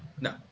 No